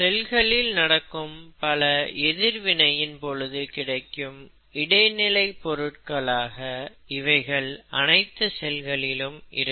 செல்களில் நடக்கும் பல எதிர்வினையின் பொழுது கிடைக்கும் இடைநிலை பொருட்களாக இவைகள் அனைத்து செல்களில் இருக்கும்